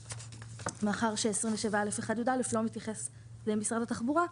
מאחר ש 27א1 (יא) לא מתייחס למשרד התחבורה,